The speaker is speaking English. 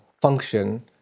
function